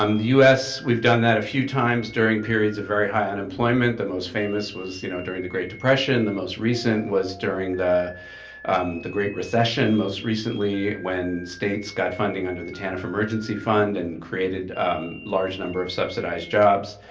um the u s, we've done that a few times during periods of very high unemployment, the most famous was you know during the great depression, the most recent was during the the great recession, most recently when states got funding under the tanf emergency fund and created large number of subsidized jobs.